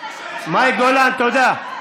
מאי גולן, תודה.